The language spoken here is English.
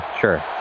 sure